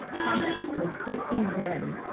comment from christy winn.